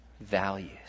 values